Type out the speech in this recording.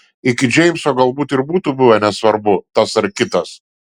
iki džeimso galbūt ir būtų buvę nesvarbu tas ar kitas